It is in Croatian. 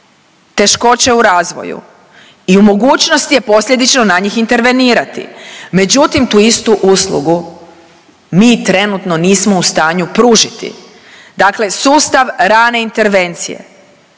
teškoće u razvoju i mogućnost je posljedično na njih intervenirati. Međutim, tu istu uslugu mi trenutno nismo u stanju pružiti. Dakle, sustav rane intervencije